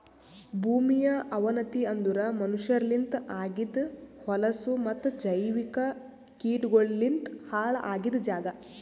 ಭೂಮಿಯ ಅವನತಿ ಅಂದುರ್ ಮನಷ್ಯರಲಿಂತ್ ಆಗಿದ್ ಹೊಲಸು ಮತ್ತ ಜೈವಿಕ ಕೀಟಗೊಳಲಿಂತ್ ಹಾಳ್ ಆಗಿದ್ ಜಾಗ್